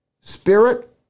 spirit